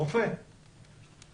כי